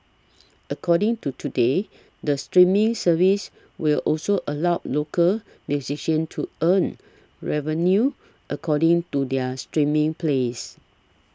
according to Today the streaming service will also allow local musicians to earn revenue according to their streaming plays